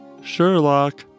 Sherlock